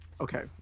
Okay